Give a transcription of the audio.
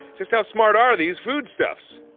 just how smart are these foodstuffs?